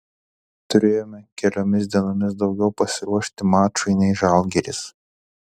turėjome keliomis dienomis daugiau pasiruošti mačui nei žalgiris